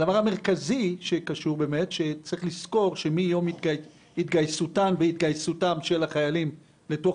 הדבר המרכזי שחשוב הוא שמיום התגייסות החיילים לתוך